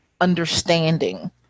understanding